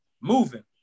moving